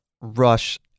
Rush